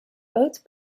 both